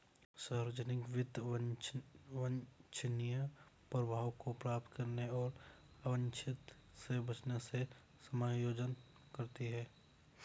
सार्वजनिक वित्त वांछनीय प्रभावों को प्राप्त करने और अवांछित से बचने से समायोजन करती है